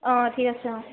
অঁ অঁ ঠিক আছে অঁ